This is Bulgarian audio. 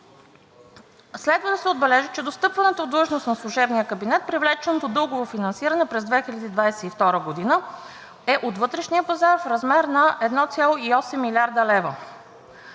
Следва да се отбележи, че до встъпването в длъжност на служебния кабинет привлеченото дългово финансиране през 2022 г. е от вътрешния пазар в размер на 1,8 млрд. лв.